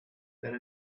that